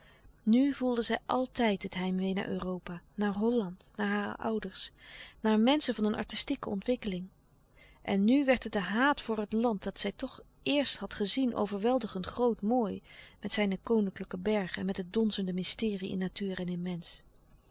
nu voelde zij altijd het heimwee naar europa naar holland naar hare ouders naar menschen van een artistieke ontwikkeling en nu werd het de haat voor het land dat zij toch eerst had gezien overweldigend groot mooi met zijne koninklijke louis couperus de stille kracht bergen en met het donzende mysterie in natuur en